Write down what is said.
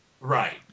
Right